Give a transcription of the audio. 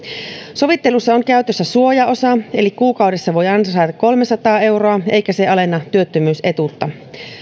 sovittelussa on käytössä suojaosa eli kuukaudessa voi ansaita kolmesataa euroa eikä se alenna työttömyysetuutta